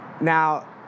Now